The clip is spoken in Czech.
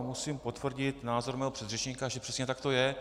Musím potvrdit názor svého předřečníka, že přesně tak to je.